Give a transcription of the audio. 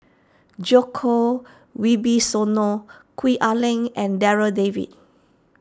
Djoko Wibisono Gwee Ah Leng and Darryl David